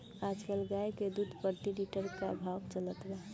आज कल गाय के दूध प्रति लीटर का भाव चलत बा?